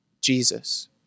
Jesus